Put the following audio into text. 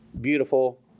beautiful